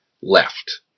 left